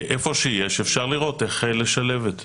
איפה שיש, אפשר לראות איפה לשלב את זה.